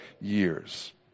years